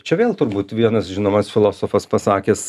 čia vėl turbūt vienas žinomas filosofas pasakęs